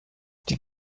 die